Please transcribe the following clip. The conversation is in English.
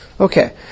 Okay